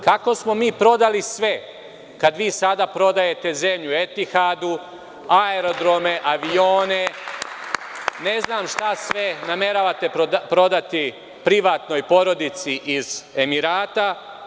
Kako smo mi prodali sve kad vi sada prodajete zemlju Etihadu, aerodrome, avione, ne znam šta sve nameravate prodati privatnoj porodici iz Emirata.